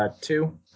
Two